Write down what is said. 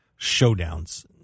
showdowns